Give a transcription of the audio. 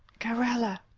carella.